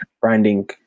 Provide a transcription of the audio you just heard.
branding